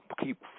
Keep